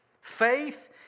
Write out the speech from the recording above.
Faith